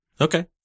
Okay